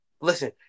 Listen